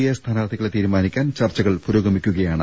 A സ്ഥാനാർഥികളെ തീരുമാനിക്കാൻ ചർച്ചകൾ പുരോഗമിക്കു കയാണ്